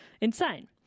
Insane